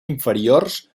inferiors